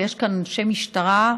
ויש כאן אנשי משטרה,